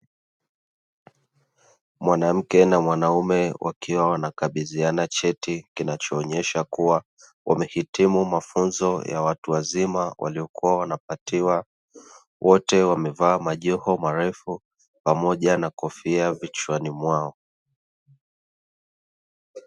Mwanamke na mwanaume wakiwa wakikabiziana cheti kinachoonyesha kuwa wamehitimu mafunzo ya watu wazima, waliyokuwa wanapatiwa. Wote wamevaa majoho marefu pamoja na kofia vichwani mwao.